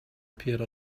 appeared